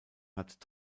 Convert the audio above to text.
hat